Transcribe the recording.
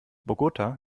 bogotá